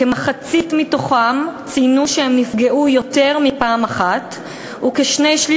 כמחצית מהם ציינו שהם נפגעו יותר מפעם אחת וכשני-שלישים